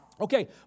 Okay